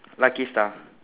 lucky star